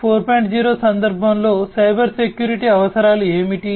0 సందర్భంలో cyber security అవసరాలు ఏమిటి